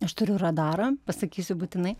aš turiu radarą pasakysiu būtinai